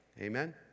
Amen